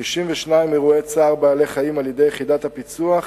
92 אירועי צער בעלי-חיים על-ידי יחידת הפיצו"ח,